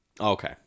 okay